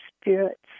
spirits